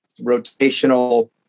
rotational